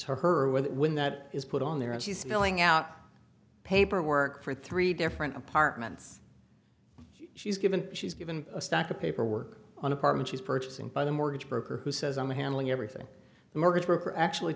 with when that is put on there and she's filling out paperwork for three different apartments she's given she's given a stack of paper work on apartment she's purchasing by the mortgage broker who says i'm handling everything the mortgage broker actually